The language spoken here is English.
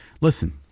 Listen